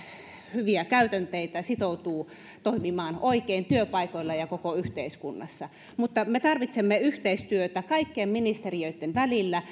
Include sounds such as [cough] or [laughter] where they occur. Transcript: hyviä käytänteitä sitoutuu toimimaan oikein työpaikoilla ja koko yhteiskunnassa on tänne tervetullut me tarvitsemme yhteistyötä kaikkien ministeriöitten välillä [unintelligible]